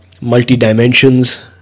multi-dimensions